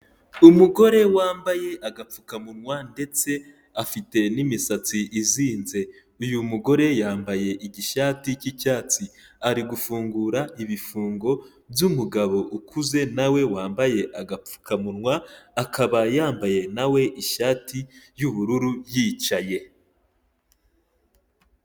Umugore wambaye agapfukamunwa ndetse afite n'imisatsi izinze, uyu mugore yambaye igishati cy'icyatsi ari gufungura ibifungo by'umugabo ukuze nawe wambaye agapfukamunwa, akaba yambaye nawe ishati y'ubururu yicaye.